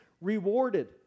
Rewarded